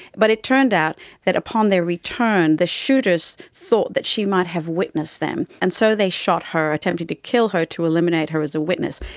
but it turned out that upon their return the shooters thought that she might have witnessed them, and so they shot her, attempting to kill her to eliminate her as a witness.